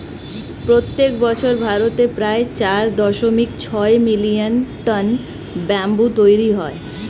প্রত্যেক বছর ভারতে প্রায় চার দশমিক ছয় মিলিয়ন টন ব্যাম্বু তৈরী হয়